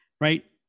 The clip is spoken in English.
right